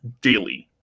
daily